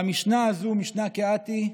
והמשנה הזאת, משנת קהתי,